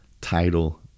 title